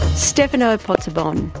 stefano pozzebon,